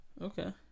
Okay